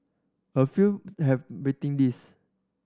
a few have waiting list